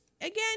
again